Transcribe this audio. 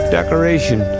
Decoration